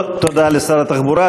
טוב, תודה לשר התחבורה.